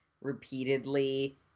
repeatedly